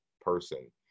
person